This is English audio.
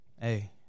Hey